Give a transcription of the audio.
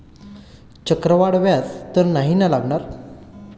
चक्रवाढ व्याज तर नाही ना लागणार?